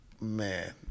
Man